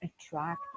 attract